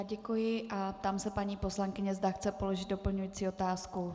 Děkuji a ptám se paní poslankyně, zda chce položit doplňující otázku.